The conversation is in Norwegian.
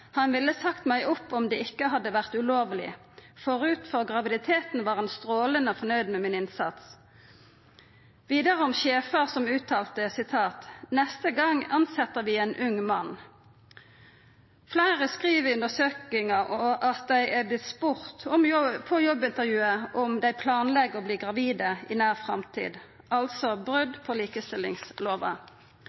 ville sagt meg opp om det ikke hadde vært ulovlig. Forut for graviditeten var han strålende fornøyd med min innsats.» Vidare om sjefar som uttalte: «Neste gang ansetter vi en ung mann». Fleire skriv i undersøkinga at dei har vorte spurde på jobbintervjuet om dei planlegg å verta gravide i nær framtid – altså brot på